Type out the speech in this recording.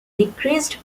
decreased